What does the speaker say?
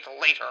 later